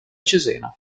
cesena